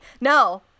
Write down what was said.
no